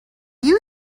you